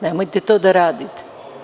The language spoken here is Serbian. Nemojte to da radite.